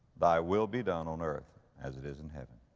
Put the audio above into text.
thy will be done on earth as it is in heaven.